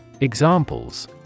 Examples